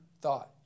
thought